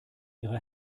ihrer